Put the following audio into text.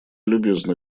любезно